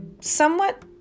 somewhat